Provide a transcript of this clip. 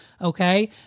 okay